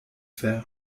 fer